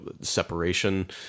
separation